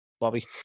Bobby